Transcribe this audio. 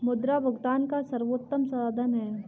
मुद्रा भुगतान का सर्वोत्तम साधन है